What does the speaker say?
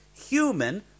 human